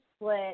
split